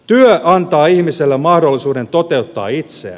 työ antaa ihmiselle mahdollisuuden toteuttaa itseään